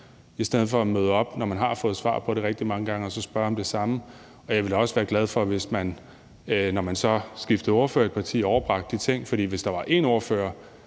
i stedet for at møde op, når man har fået svar på det rigtig mange gange, og så spørge om det samme. Jeg ville da også være glad, hvis man, når man så skifter ordfører i et parti, overbragte de ting. For hvis der var en ordfører,